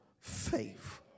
faith